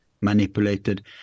manipulated